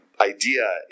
idea